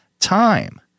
time